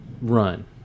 run